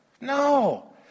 no